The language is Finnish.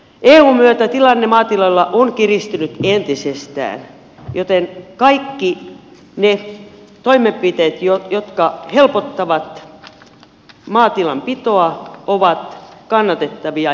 eun myötä tilanne maatiloilla on kiristynyt entisestään joten kaikki ne toimenpiteet jotka helpottavat maatilan pitoa ovat kannatettavia